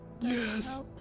Yes